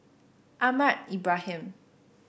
Ahmad Ibrahim